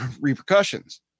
repercussions